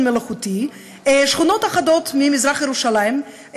מלאכותי שכונות אחדות ממזרח ירושלים,